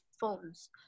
phones